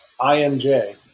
IMJ